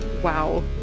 Wow